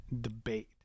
debate